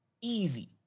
easy